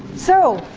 so,